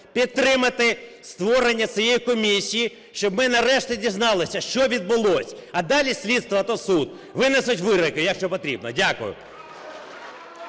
підтримати створення цієї комісії, щоб ми нарешті дізналися, що відбулося, а далі слідство та суд винесуть вироки, якщо потрібно. Дякую.